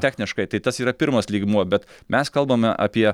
techniškai tai tas yra pirmas lygmuo bet mes kalbame apie